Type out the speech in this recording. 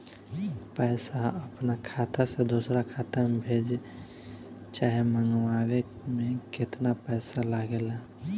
पैसा अपना खाता से दोसरा खाता मे भेजे चाहे मंगवावे में केतना पैसा लागेला?